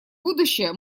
будущее